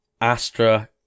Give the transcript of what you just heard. astra